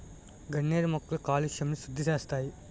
గన్నేరు మొక్కలు కాలుష్యంని సుద్దిసేస్తాయి